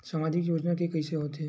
सामाजिक योजना के कइसे होथे?